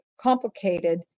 complicated